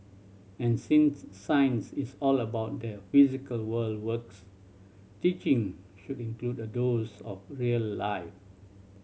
and since science is all about the physical world works teaching should include a dose of real life